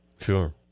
Sure